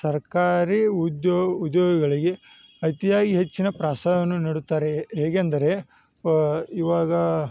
ಸರ್ಕಾರಿ ಉದ್ಯೋ ಉದ್ಯೋಗಿಗಳಿಗೆ ಅತಿಯಾಗಿ ಹೆಚ್ಚಿನ ಪ್ರೊತ್ಸಾಹವನ್ನು ನೀಡುತ್ತಾರೆ ಹೇಗೆಂದರೆ ಇವಾಗ